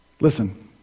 Listen